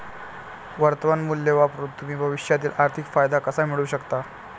वर्तमान मूल्य वापरून तुम्ही भविष्यातील आर्थिक फायदा कसा मिळवू शकता?